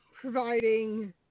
providing